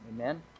amen